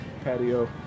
patio